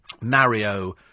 Mario